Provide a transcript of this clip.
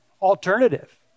alternative